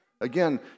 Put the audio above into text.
Again